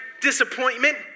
disappointment